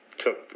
Took